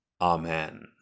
Amen